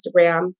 Instagram